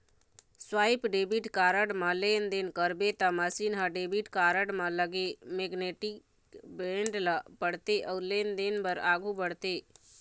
swipe debit card म लेनदेन करबे त मसीन ह डेबिट कारड म लगे मेगनेटिक बेंड ल पड़थे अउ लेनदेन बर आघू बढ़थे